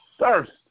thirst